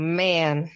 man